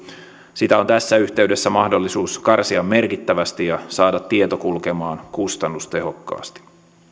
sitä on tässä yhteydessä mahdollisuus karsia merkittävästi ja saada tieto kulkemaan kustannustehokkaasti